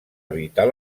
evitar